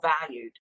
valued